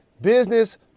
Business